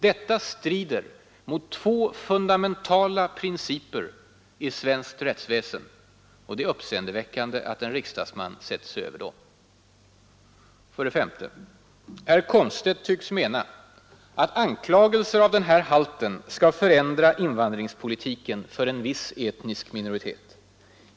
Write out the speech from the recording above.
Detta strider mot två fundamentala principer i svenskt rättsväsen — det är uppseendeväckande att en riksdagsman sätter sig över dem. 5. Herr Komstedt tycks mena att anklagelser av denna halt skall förändra invandringspolitiken för en viss etnisk minoritet.